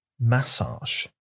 massage